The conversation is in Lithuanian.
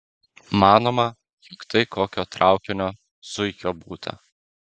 manoma jog tai kokio traukinio zuikio būta